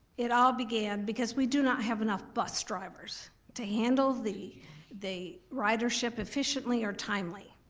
it all began because we do not have enough bus drivers to handle the the ridership efficiently or timely.